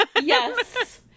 Yes